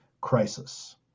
crisis